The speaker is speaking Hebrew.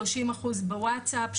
30% בוואטסאפ,